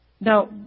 Now